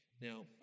Now